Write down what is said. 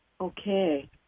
Okay